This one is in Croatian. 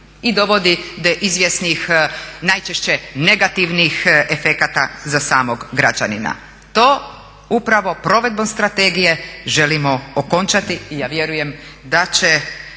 i dovodi do izvjesnih najčešće negativnih efekata za samog građanina. To upravo provedbom strategije želimo okončati i ja vjerujem da će